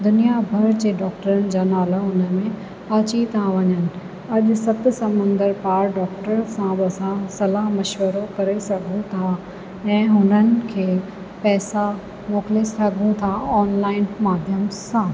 दुनिया भर जे डॉक्टरनि जा नाला उन में अची था वञनि अॼु सत समुंदर पार डॉक्टर सां बि असां सलाह मशवरो करे सघूं था ऐं उन्हनि खे पैसा मोकिले सघूं था ऑनलाइन माध्यम सां